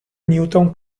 newton